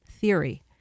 theory